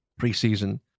preseason